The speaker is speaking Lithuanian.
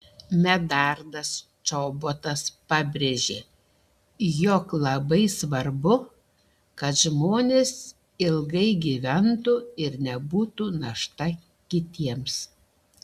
medardas čobotas pabrėžė jog labai svarbu kad žmonės ilgai gyventų ir nebūtų našta kitiems